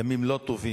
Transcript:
ימים לא טובים,